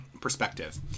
perspective